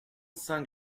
cinq